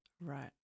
right